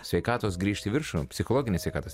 sveikatos grįžti į viršų psichologinės sveikatos